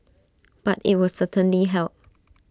but IT would certainly help